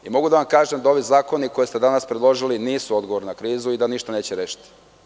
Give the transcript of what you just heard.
Mogu da vam kažem da ovi zakoni koje ste danas predložili nisu odgovor na krizu i da ništa neće rešiti.